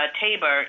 Tabor